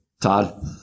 Todd